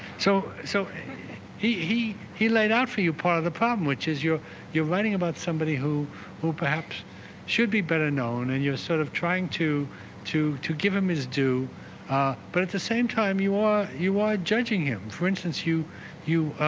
so so he he he laid out for you part of the problem which is your your writing about somebody who who perhaps should be better known and you're sort of trying to to to give him his due but at the same time you are you are judging him for instance you you